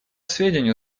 сведению